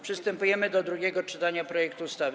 Przystępujemy do drugiego czytania projektu ustawy.